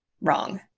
wrong